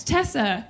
Tessa